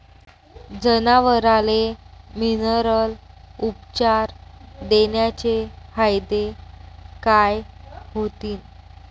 जनावराले मिनरल उपचार देण्याचे फायदे काय होतीन?